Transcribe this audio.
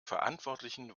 verantwortlichen